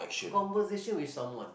conversation with someone